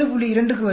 2 க்கு வருகிறது